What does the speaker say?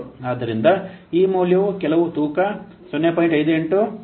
ಆದ್ದರಿಂದ ಈ ಮೌಲ್ಯವು ಕೆಲವು ತೂಕ 0